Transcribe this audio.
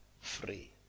free